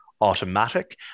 automatic